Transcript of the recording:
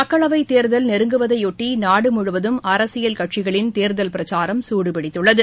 மக்களவைத் தேர்தல் நெருங்குவதையொட்டி நாடுமுழுவதும் அரசியல் கட்சிகளின் தேர்தல் பிரச்சாரம் சூடுபிடித்துள்ளது